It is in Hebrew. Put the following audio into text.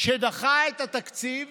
שדחה את התקציב